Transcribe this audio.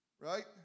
right